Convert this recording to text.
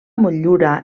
motllura